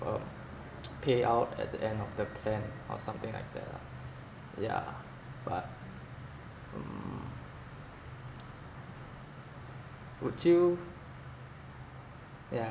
um payout at the end of the plan or something like that lah yeah but um would you yeah